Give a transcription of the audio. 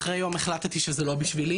אחרי יום החלטתי שזה לא בשבילי